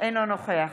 אינו נוכח